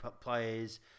players